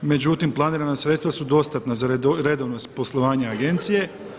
Međutim, planirana sredstva su dostatna za redovno poslovanje agencije.